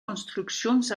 construccions